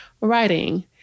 writing